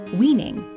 weaning